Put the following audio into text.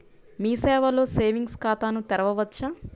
మీ సేవలో సేవింగ్స్ ఖాతాను తెరవవచ్చా?